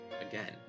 Again